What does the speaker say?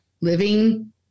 living